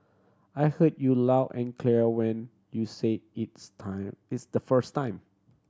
I heard you loud and clear when you said it's time it's the first time